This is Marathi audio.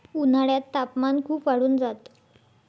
उन्हाळ्यात तापमान खूप वाढून जात